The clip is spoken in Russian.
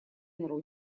народа